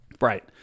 right